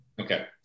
Okay